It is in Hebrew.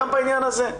גם בעניין הזה,